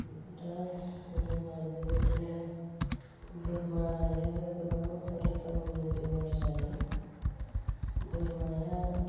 दा जोंहा बेबायदिनो बोरमायाबो गोबां रोखोमनि बेमार जायो बोरमाया